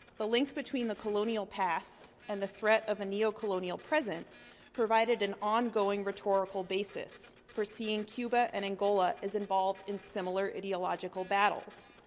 the link between the colonial past and the threat of a neo-colonial present provided an on-going rhetorical basis for seeing cuba and angola as involved in similar ideological battles.